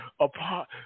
apart